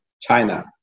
China